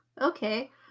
Okay